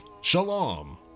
Shalom